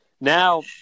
Now